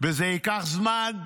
וזה ייקח זמן,